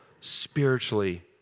spiritually